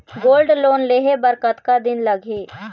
Gold loan लेहे बर कतका दिन लगही?